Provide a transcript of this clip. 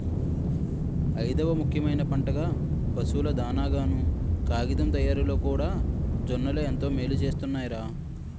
ఐదవ ముఖ్యమైన పంటగా, పశువుల దానాగాను, కాగితం తయారిలోకూడా జొన్నలే ఎంతో మేలుసేస్తున్నాయ్ రా